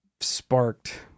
sparked